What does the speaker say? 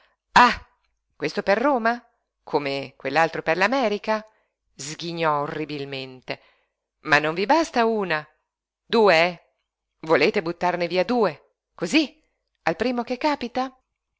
ah questo per roma come quell'altro per l'america sghignò orribilmente ma non vi basta una due eh volete buttarne via due cosí al primo che capita